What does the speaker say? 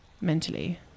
mentally